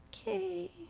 okay